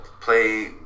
play